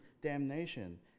damnation